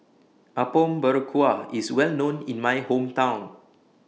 Apom Berkuah IS Well known in My Hometown